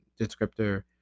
descriptor